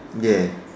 ya